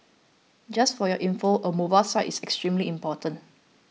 just for your info a mobile site is extremely important